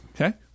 Okay